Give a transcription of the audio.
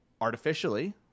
artificially